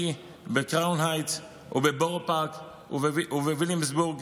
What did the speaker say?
בקראון הייטס ובבורו פארק ובוויליאמסבורג